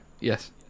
yes